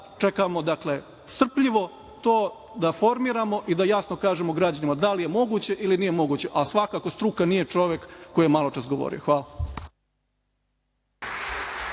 čekamo strpljivo da formiramo i da jasno kažemo građanima da li je moguće ili nije moguće, a svakako struka nije čovek koji je maločas govorio. Hvala.